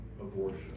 abortion